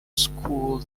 school